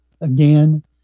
again